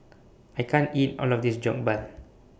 I can't eat All of This Jokbal